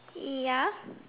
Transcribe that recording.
ya